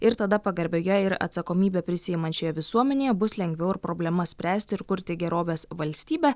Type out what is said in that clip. ir tada pagarbioje ir atsakomybę prisiimančioje visuomenėje bus lengviau ir problemas spręsti ir kurti gerovės valstybę